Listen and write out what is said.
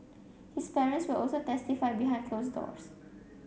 his parents will also testify behind closed doors